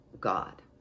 God